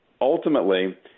Ultimately